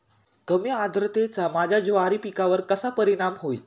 कमी आर्द्रतेचा माझ्या ज्वारी पिकावर कसा परिणाम होईल?